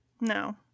no